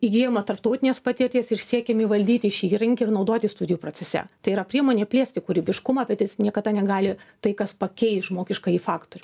įgyjama tarptautinės patirties ir siekiam įvaldyti šį įrankį ir naudoti studijų procese tai yra priemonė plėsti kūrybiškumą bet jis niekada negali tai kas pakeis žmogiškąjį faktorių